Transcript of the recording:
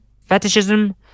fetishism